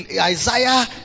Isaiah